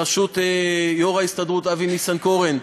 בראשות יו"ר ההסתדרות אבי ניסנקורן,